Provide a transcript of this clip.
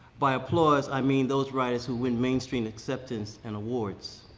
by applause i mean those writers who win mainstream acceptance and awards.